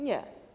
Nie.